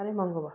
साह्रै महँगो भयो